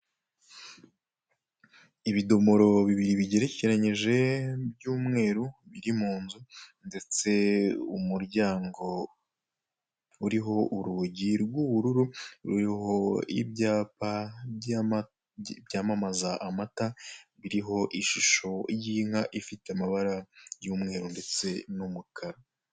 Ibidomoro bibiri bigerekeranyije biri by'umweri mu nzu ndetse umuryango uriho urugi rw'ubururu ruriho ibyapa byamamaza amata biriho ishusho y'inka ifite amabara y'umweru ndetse n'umukara.